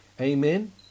Amen